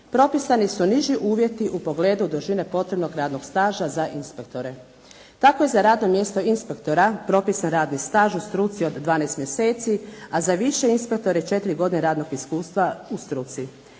propisani su niži uvjeti u pogledu dužine potrebnog radnog staža za inspektore. Tako je za radno mjesto inspektora propisan radni staž u struci od 12 mjeseci, a za više inspektore 4 godine radnog iskustva u struci.